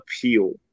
appeal